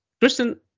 Kristen